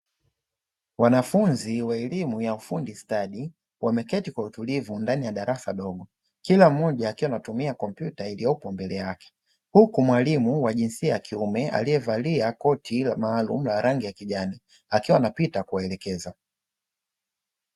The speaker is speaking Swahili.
Wanafunzi wa elimu ya ufundi stadi, wameketi kwa utulivu ndani ya darasa dogo, kila mmoja akiwa anatumia kompyuta iliyoko mbele yake, huku mwalimu wa jinsia ya kiume aliyevalia koti maalumu la rangi ya kijani, akiwa anapita kuwaelekeza.